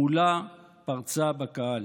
המולה פרצה בקהל.